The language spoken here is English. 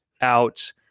out